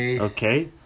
Okay